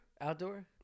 Outdoor